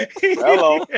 Hello